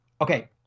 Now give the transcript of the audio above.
Okay